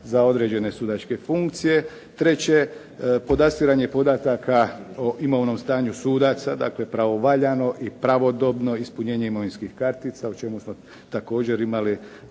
za određene sudačke funkcije. Treće, podastiranje podataka o imovnom stanju sudaca, dakle pravovaljano i pravodobno ispunjenje imovinskih kartica o čemu smo također imali